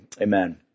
Amen